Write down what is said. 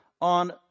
on